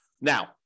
Now